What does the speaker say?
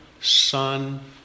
son